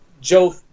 Joe